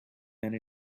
done